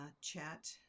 chat